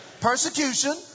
persecution